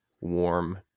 warm